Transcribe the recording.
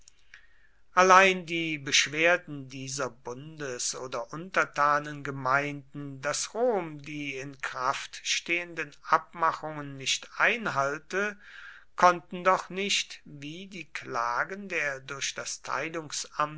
allein die beschwerden dieser bundes oder untertanengemeinden daß rom die in kraft stehenden abmachungen nicht einhalte konnten doch nicht wie die klagen der durch das